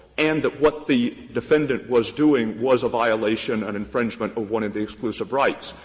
and that what the defendant was doing was a violation, an infringement of one of the exclusive rights.